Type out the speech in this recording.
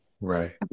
Right